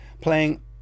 playing